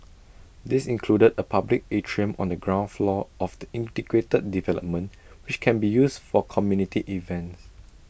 these included A public atrium on the ground floor of the integrated development which can be used for community events